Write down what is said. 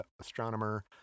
astronomer